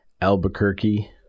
Albuquerque